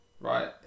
right